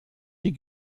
die